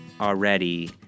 already